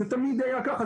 זה תמיד היה ככה,